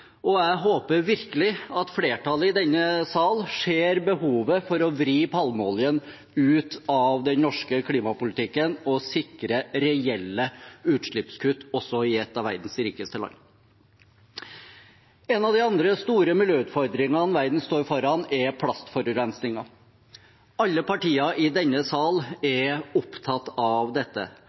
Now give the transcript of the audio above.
og jeg håper virkelig at flertallet i denne sal ser behovet for å få palmeoljen ut av den norske klimapolitikken og sikre reelle utslippskutt også i et av verdens rikeste land. En av de andre store miljøutfordringene verden står foran, er plastforurensningen. Alle partier i denne sal er opptatt av dette.